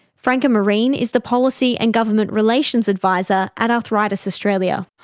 franca marine is the policy and government relations advisor at arthritis australia.